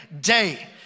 day